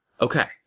Okay